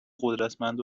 قدرتمند